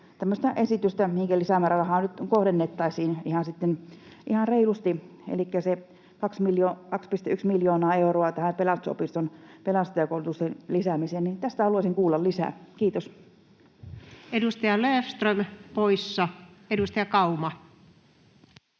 tämmöistä esitystä, että mihinkä lisämäärärahaa nyt sitten kohdennettaisiin ihan reilusti: elikkä se 2,1 miljoonaa euroa tähän Pelastusopiston pelastajakoulutuksen lisäämiseen. Tästä haluaisin kuulla lisää. — Kiitos. Edustaja Löfström poissa. — Edustaja Kauma.